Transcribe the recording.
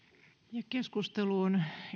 ja keskusteluun